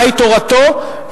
מהי תורתו,